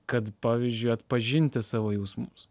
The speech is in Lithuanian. kad pavyzdžiui atpažinti savo jausmus